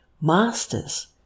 masters